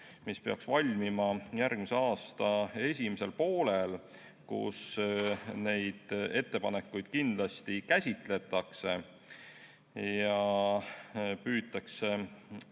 mis peaks valmima järgmise aasta esimesel poolel. Neid ettepanekuid kindlasti käsitletakse ja püütakse